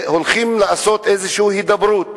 שהולכים לעשות איזו הידברות,